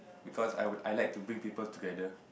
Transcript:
because I would I like to bring people together